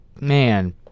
man